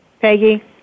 Peggy